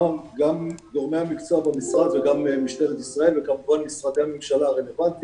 גם גורמי המקצוע במשרד וגם משטרת ישראל וכמובן משרדי הממשלה הרלוונטיים